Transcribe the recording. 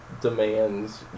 demands